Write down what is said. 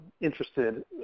interested